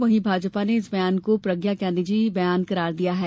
वहीं भाजपा ने इस बयान को प्रज्ञा का निजी बयान करार दिया है